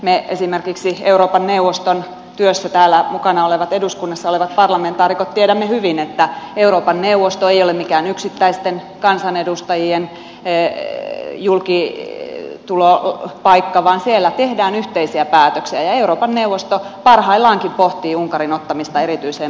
me esimerkiksi euroopan neuvoston työssä täällä mukana olevat eduskunnassa olevat parlamentaarikot tiedämme hyvin että euroopan neuvosto ei ole mikään yksittäisten kansanedustajien julkitulopaikka vaan siellä tehdään yhteisiä päätöksiä ja euroopan neuvosto parhaillaankin pohtii unkarin ottamista erityiseen monitorointiin